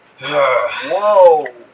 Whoa